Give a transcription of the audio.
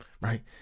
right